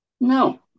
No